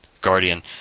Guardian